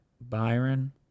Byron